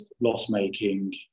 loss-making